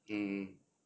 mm mm